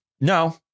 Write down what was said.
no